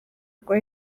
rwa